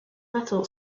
metal